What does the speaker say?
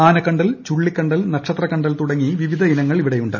ആനക്കണ്ടൽ ചുള്ളിക്കണ്ടൽ നക്ഷത്ര കണ്ടൽ തുടങ്ങി വിവിധ ഇനങ്ങൾ ഇവിടെയുണ്ട്